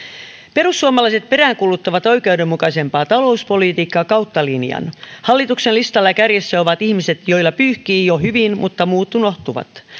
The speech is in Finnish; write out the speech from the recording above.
perussuomalaiset peräänkuuluttavat oikeudenmukaisempaa talouspolitiikkaa kautta linjan hallituksen listalla ja sen kärjessä ovat ihmiset joilla pyyhkii jo hyvin mutta muut unohtuvat